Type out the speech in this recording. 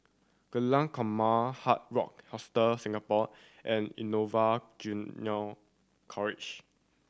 Jalan Korma Hard Rock Hostel Singapore and Innova College